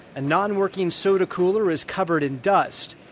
a non-working soda cooler is covered in dust.